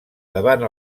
davant